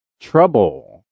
Trouble